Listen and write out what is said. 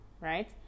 right